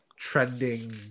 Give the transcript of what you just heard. trending